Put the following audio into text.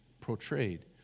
portrayed